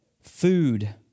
Food